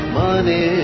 money